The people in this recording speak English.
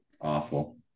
Awful